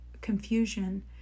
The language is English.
confusion